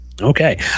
Okay